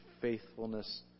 faithfulness